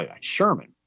Sherman